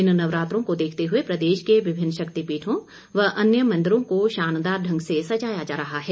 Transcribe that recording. इन नवरात्रों को देखते हुए प्रदेश के विभिन्न शक्तिपीठों व अन्य मंदिरों को शानदार ढंग से सजाया जा रहा है